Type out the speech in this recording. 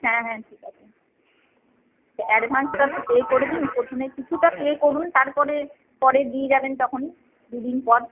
হ্যাঁ হ্যাঁ ঠিক আছে তো অ্যাডভান্সটা তো পে করে দিন প্রথমে কিছুটা পে করুন তারপরে পরে দিয়ে যাবেন তখন দুদিন পর